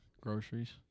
groceries